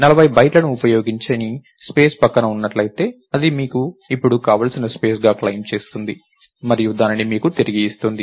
40 బైట్ల ఉపయోగించని స్పేస్ పక్కన ఉన్నట్లయితే అది మీకు ఇప్పుడు కావలసిన స్పేస్ గా క్లెయిమ్ చేస్తుంది మరియు దానిని మీకు తిరిగి ఇస్తుంది